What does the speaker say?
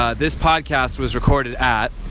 ah this podcast was recorded at.